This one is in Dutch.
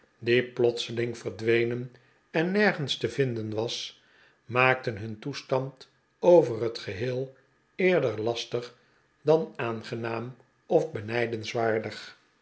die plotseling verdwenen en nergens te vinden was maakten him toestand over het geheel eerder lastig dan aangenaam of benijdenswaardig